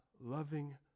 loving